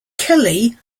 kelly